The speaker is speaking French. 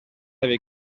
avec